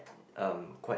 um quite